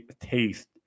taste